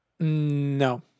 No